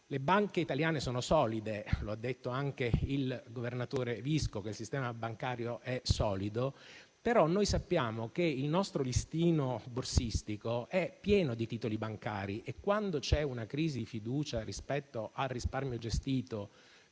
Le banche italiane sono solide - anche il governatore Visco ha detto che il sistema bancario è solido - ma sappiamo che il nostro listino borsistico è pieno di titoli bancari e, quando c'è una crisi di fiducia rispetto al risparmio gestito,